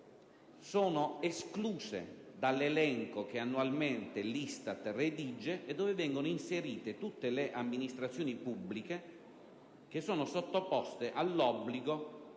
sono esclusi dall'elenco che annualmente l'ISTAT redige, nel quale vengono inserite tutte le amministrazioni pubbliche sottoposte all'obbligo